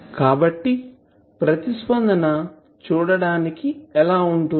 కాబట్టి ప్రతిస్పందన చూడటానికి ఎలా ఉంటుంది